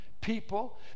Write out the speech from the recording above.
People